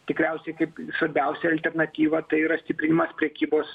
tikriausiai kaip svarbiausia alternatyva tai yra stiprinimas prekybos